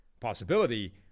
possibility